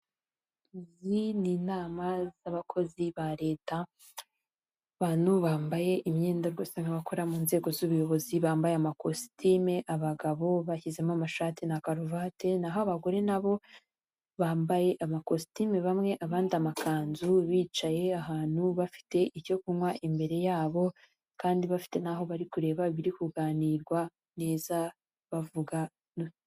Izi ni inama z'abakozi ba leta bantu bambaye imyenda gusa nk'abakora mu nzego z'ubuyobozi bambaye amakositime, abagabo bashyizemo amashati na karuvati n'aho abagore nabo bambaye amakositimu bamwe abandi amakanzu bicaye ahantu bafite icyo kunywa imbere yabo kandi bafite n'aho bari kureba ibiri kuganirwa neza bavugana.